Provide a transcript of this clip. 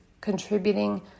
contributing